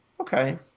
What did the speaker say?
Okay